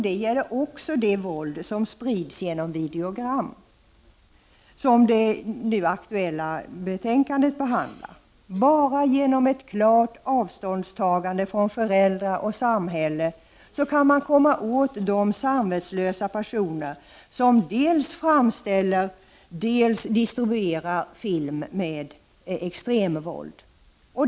Det gäller också det våld som sprids genom videogram och som det nu aktuella betänkandet handlar om. Enbart genom ett klart avståndstagande från föräldrars och samhällets sida kan man komma åt de samvetslösa personer som dels framställer, dels distribuerar filmer som innehåller extremt våld.